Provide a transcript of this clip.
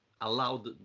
allowed